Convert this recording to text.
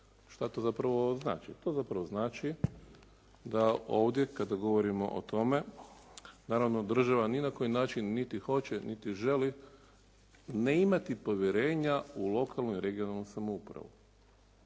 Šta to zapravo znači? To zapravo znači da ovdje kada govorimo o tome naravno država ni na koji način niti hoće niti želi ne imati povjerenja u lokalnu i regionalnu samoupravu